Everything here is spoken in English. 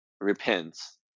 repents